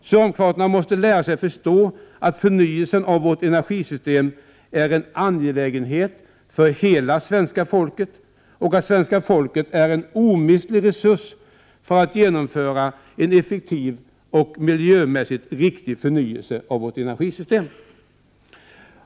Socialdemokraterna måste lära sig att förstå att förnyelsen av vårt energisystem är en angelägenhet för hela svenska folket och att svenska folket är en omistlig resurs när det gäller att genomföra en effektiv och miljömässigt riktig förnyelse av vårt energisystem.